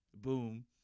boom